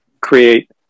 create